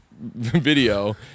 video